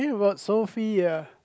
eh but Sophie ah